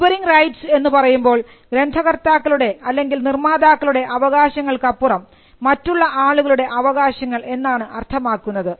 neighbouring rights എന്ന് പറയുമ്പോൾ ഗ്രന്ഥകർത്താക്കളുടെ അല്ലെങ്കിൽ നിർമാതാക്കളുടെ അവകാശങ്ങൾക്കപ്പുറം മറ്റുള്ള ആളുകളുടെ അവകാശങ്ങൾ എന്നാണ് അർത്ഥമാക്കുന്നത്